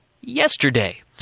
yesterday